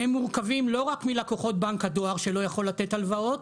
והם מורכבים לא רק מלקוחות בנק הדואר שלא יכול לתת הלוואות,